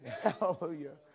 Hallelujah